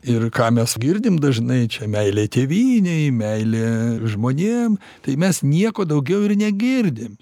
ir ką mes girdim dažnai čia meilė tėvynei meilė žmonėm tai mes nieko daugiau ir negirdim